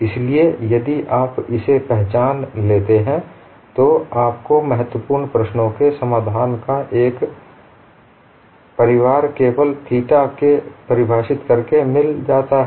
इसलिए यदि आप इसे पहचान लेते हैं तो आपको महत्वपूर्ण प्रश्नों के समाधान का एक परिवार केवल थीटा को फिर से परिभाषित करके मिल जाता है